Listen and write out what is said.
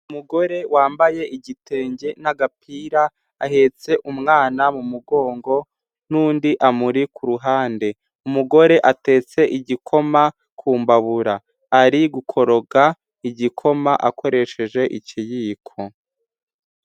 Umugore wambaye igitenge n'agapira ahetse umwana mu mugongo n'undi amuri ku ruhande, umugore atetse igikoma ku mbabura, ari gukoroga igikoma akoresheje ikiyiko.